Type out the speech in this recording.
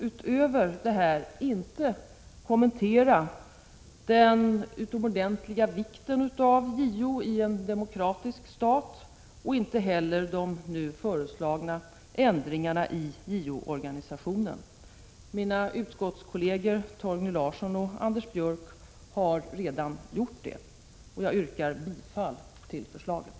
Utöver detta skall jag inte kommentera den utomordentligt stora vikten av JO i en demokratisk stat och inte heller de nu föreslagna ändringarna i JO-organisationen. Mina utskottskolleger Torgny Larsson och Anders Björck har redan gjort det, och jag yrkar bifall till förslaget.